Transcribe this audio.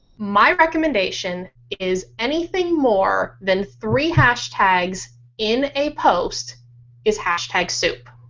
my recommendation is anything more then three hashtags in a post is hashtag soup.